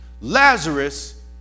Lazarus